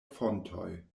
fontoj